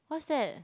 what's that